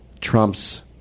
Trump's